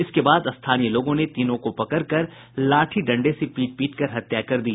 इसके बाद स्थानीय लोगों ने तीनों को पकड़कर लाठी डंडे से पीट पीटकर हत्या कर दी